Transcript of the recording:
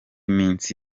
minsi